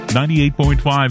98.5